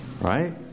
right